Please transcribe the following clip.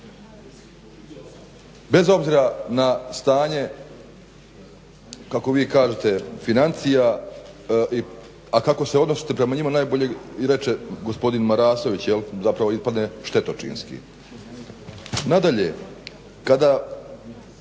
bez obzira na stanje kako vi kažete financija, a kako se odnosit prema njima najbolje reče gospodin Marasović, zapravo ispadne štetočinski. Nadalje, kada